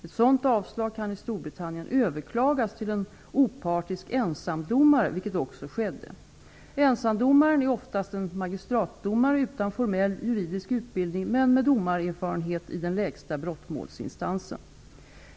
Ett sådant avslag kan i Storbritannien överklagas till en opartisk ensamdomare, vilket också skedde. Ensamdomaren är oftast en magistratsdomare utan formell juridisk utbildning men med domarerfarenhet i den lägsta brottmålsinstansen.